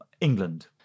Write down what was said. England